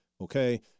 okay